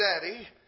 Daddy